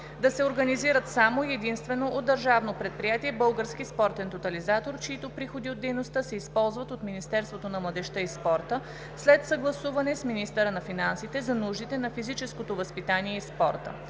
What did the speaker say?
се организират само и единствено от Държавно предприятие „Български спортен тотализатор“, чийто приходи от дейността се използват от Министерството на младежта и спорта, след съгласуване с министъра на финансите, за нуждите на физическото възпитание и спорта.